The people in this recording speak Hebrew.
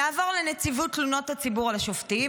נעבור לנציבות תלונות הציבור על השופטים,